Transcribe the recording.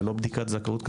ללא בדיקת זכאות כלכלית.